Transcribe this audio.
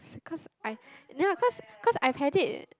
because I then of course cause I hate it